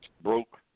broke